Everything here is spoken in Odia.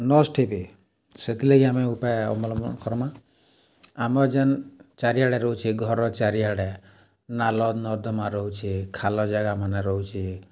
ନଷ୍ଟ୍ ହେବେ ସେଥିଲାଗି ଆମେ ଉପାୟ ଅବଲମ୍ବନ କର୍ମା ଆମର୍ ଯେନ୍ ଘରର୍ ଚାରିଆଡ଼େ ରହୁଚି ଘର ଚାରିଆଡ଼େ ନାଲ ନର୍ଦ୍ଦମା ରହୁଛେ ଖାଲ ଜାଗାମାନେ ରହୁଛେ